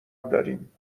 داریم